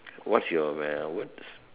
what's your words